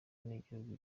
n’igihugu